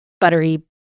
buttery